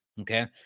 Okay